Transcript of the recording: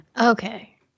Okay